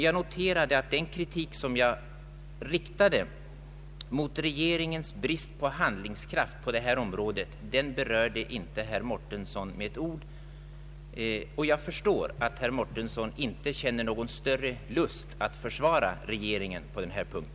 Jag noterade också att den kritik som jag riktade mot regeringens brist på handlingskraft på detta område berörde herr Mårtensson inte med ett ord. Jag förstår att han inte känner någon större lust att försvara regeringen på denna punkt.